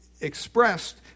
expressed